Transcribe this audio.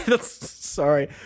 Sorry